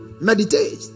Meditate